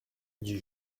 dit